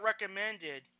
recommended